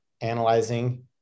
analyzing